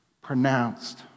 pronounced